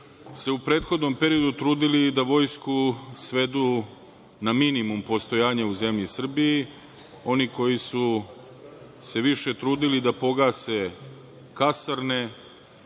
se u prethodnom periodu trudili da Vojsku svedu na minimum postojanja u zemlji Srbiji, oni koji su se više trudili da pogase kasarne,